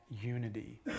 unity